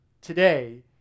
today